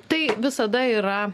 tai visada yra